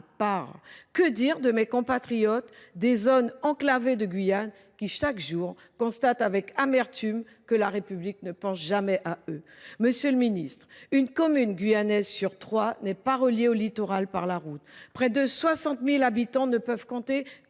Que dire de mes compatriotes des zones enclavées de Guyane qui, chaque jour, constatent avec amertume que la République ne pense jamais à eux ? Une commune guyanaise sur trois n’est pas reliée au littoral par la route, monsieur le ministre. Près de 60 000 habitants ne peuvent compter